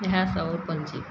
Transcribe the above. इएहसब आओर कोन चीज